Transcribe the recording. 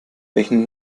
welchen